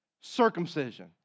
circumcision